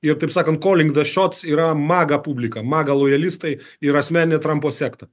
ir taip sakant calling the shots yra maga publika maga lojalistai ir asmeninė trampo sekta